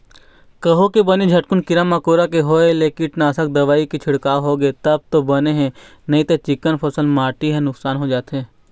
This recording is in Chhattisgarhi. कहूँ बने झटकुन कीरा मकोरा के होय ले कीटनासक दवई के छिड़काव होगे तब तो बने हे नइते चिक्कन फसल पानी ह नुकसान हो जाथे